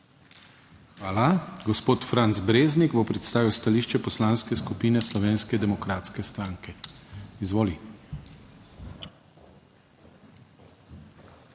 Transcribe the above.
Hvala. Gospod Rado Gladek bo predstavil stališče Poslanske skupine Slovenske demokratske stranke. Izvolite.